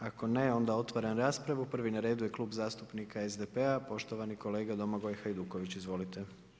Ako ne onda otvaram raspravu, prvi na redu je Klub zastupnika SDP-a, poštovani kolega Domagoj Hajduković, izvolite.